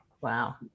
Wow